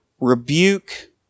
rebuke